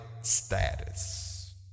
status